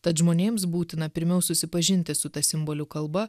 tad žmonėms būtina pirmiau susipažinti su ta simbolių kalba